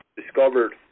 discovered